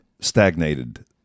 stagnated